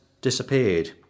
disappeared